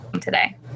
today